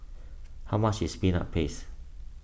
how much is Peanut Paste